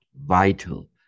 vital